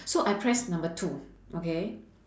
so I press number two okay